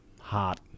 hot